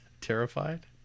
Terrified